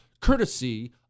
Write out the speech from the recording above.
courtesy